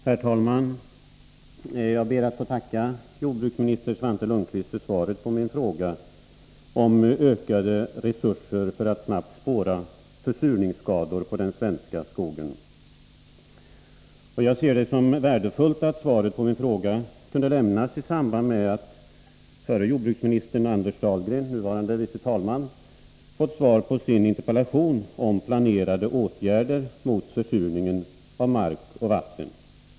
Herr talman! Jag ber att få tacka jordbruksminister Svante Lundkvist för svaret på min fråga om ökade resurser för att snabbt spåra försurningsskador på den svenska skogen. Jag ser det som värdefullt att svaret på min fråga kunde lämnas i samband med att förre jordbruksministern Anders Dahlgren, nuvarande andre vice talman, får svar på sin interpellation om planerade åtgärder mot försurningen av mark och vatten.